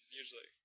usually